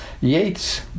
Yates